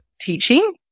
teaching